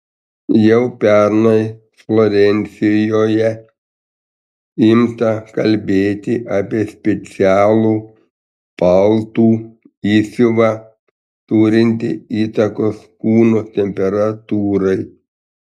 jau pernai florencijoje imta kalbėti apie specialų paltų įsiuvą turintį įtakos kūno temperatūrai